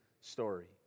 story